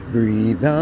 Breathe